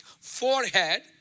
Forehead